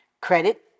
credit